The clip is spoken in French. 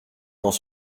dans